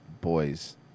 boys